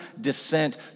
descent